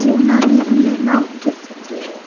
ಜೀವನ ನೀರಿನಿಂದ ಹೊಕ್ಕಿರ್ತೈತಿ